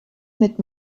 mit